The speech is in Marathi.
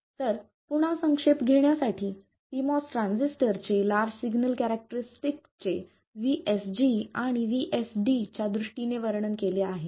तर पुन्हा संक्षेप घेण्यासाठी pMOS ट्रान्झिस्टरचे लार्ज सिग्नल कॅरॅक्टरिस्टिक चे VSG आणि VSD च्या दृष्टीने वर्णन केले आहे